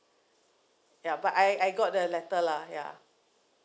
ya but I I got the letter lah ya